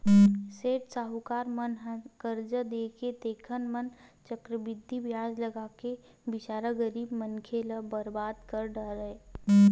सेठ साहूकार मन ह करजा देवय तेन म चक्रबृद्धि बियाज लगाके बिचारा गरीब मनखे ल बरबाद कर डारय